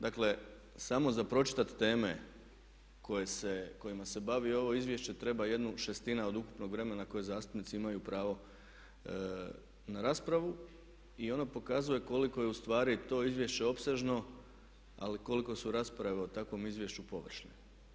Dakle samo za pročitati teme kojima se bavi ovo izvješće treba jedna šestina od ukupnog vremena kojeg zastupnici imaju pravo na raspravu i ono pokazuje koliko je ustvari to izvješće opsežno ali i koliko su takve rasprave o takvom izvješću površne.